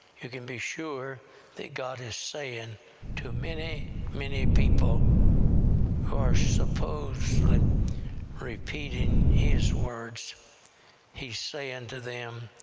you can be sure that god is saying to many, many people who are supposedly repeating his words he's saying to them,